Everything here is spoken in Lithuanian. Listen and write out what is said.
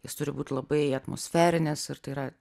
jis turi būt labai atmosferinis ir tai yra